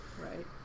Right